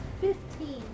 Fifteen